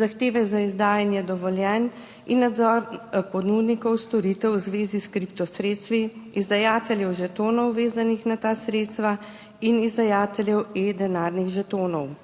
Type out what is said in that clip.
zahteve za izdajanje dovoljenj in nadzor ponudnikov storitev v zvezi s kriptosredstvi, izdajateljev žetonov, vezanih na ta sredstva, in izdajateljev e-denarnih žetonov.